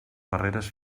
barreres